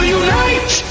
unite